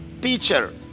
Teacher